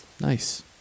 Nice